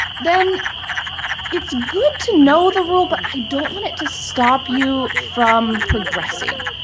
then it's good to know the rule, but i don't want it to stop you from progressing.